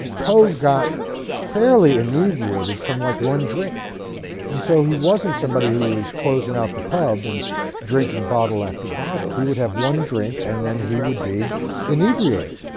poe got fairly inebriated from like one drink and so he wasn't somebody who was closing out the pub and drinking bottle after bottle. he would have one drink and then he would be inebriated.